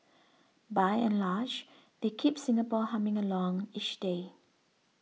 by and large they keep Singapore humming along each day